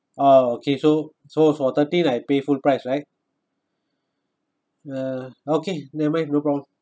oh okay so so for thirteen I pay full price right uh okay never mind no problem